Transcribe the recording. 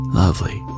lovely